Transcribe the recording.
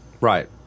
Right